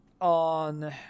on